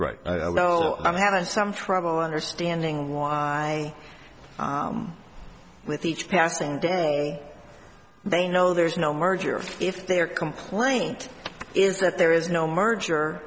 don't know i'm having some trouble understanding why with each passing day they know there's no merger if their complaint is that there is no merger